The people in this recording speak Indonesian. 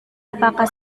apakah